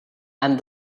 and